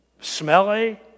smelly